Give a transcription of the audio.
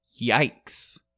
Yikes